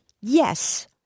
Yes